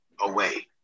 away